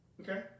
Okay